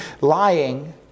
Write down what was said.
lying